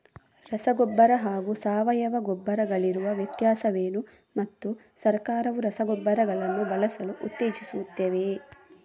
ರಸಗೊಬ್ಬರ ಹಾಗೂ ಸಾವಯವ ಗೊಬ್ಬರ ಗಳಿಗಿರುವ ವ್ಯತ್ಯಾಸವೇನು ಮತ್ತು ಸರ್ಕಾರವು ರಸಗೊಬ್ಬರಗಳನ್ನು ಬಳಸಲು ಉತ್ತೇಜಿಸುತ್ತೆವೆಯೇ?